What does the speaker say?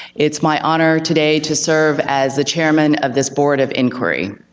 it's my honor today to serve as the chairman of this board of inquiry.